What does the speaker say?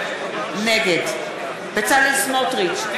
נגד בצלאל סמוטריץ,